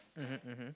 mmhmm mmhmm